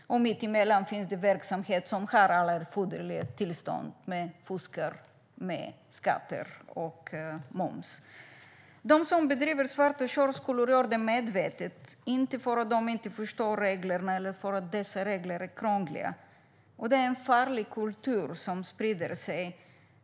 Mitt emellan finns det företagsverksamheter som har alla erforderliga tillstånd men fuskar med skatt och moms. De som bedriver svarta körskolor gör det medvetet, inte för att de inte förstår reglerna eller för att dessa regler är krångliga. Det är en farlig kultur som sprider sig.